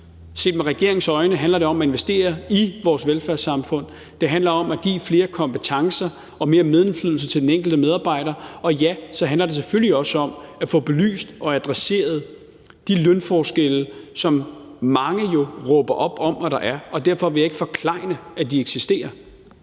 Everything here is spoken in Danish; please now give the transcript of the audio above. Set med regeringens øjne handler det om at investere i vores velfærdssamfund. Det handler om at give flere kompetencer og mere medindflydelse til den enkelte medarbejder. Og ja, så handler det selvfølgelig også om at få belyst og adresseret de lønforskelle, som mange jo råber op om der er, og derfor vil jeg ikke forklejne, at de eksisterer.